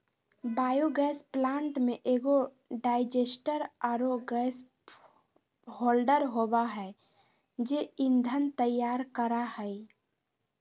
biogas plant में एगो digester आरो गैस होल्डर होबा है जे ईंधन तैयार करा हइ